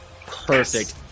Perfect